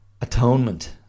atonement